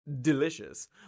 delicious